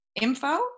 info